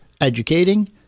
educating